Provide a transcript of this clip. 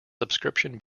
subscription